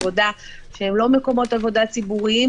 עבודה שאינם מקומות עבודה ציבוריים,